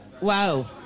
wow